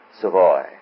Savoy